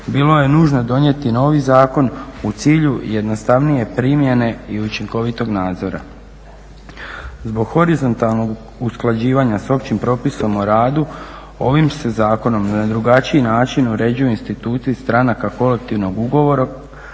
bilo je nužno donijeti novi zakon u cilju jednostavnije primjene i učinkovitog nadzora. Zbog horizontalnog usklađivanja s općim propisom o radu ovim se zakonom na drugačiji način uređuju instituti stranaka kolektivnog ugovora,